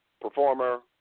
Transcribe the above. performer